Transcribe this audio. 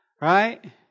right